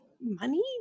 money